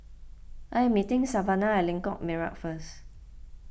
I am meeting Savanah at Lengkok Merak first